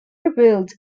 rebuild